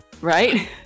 right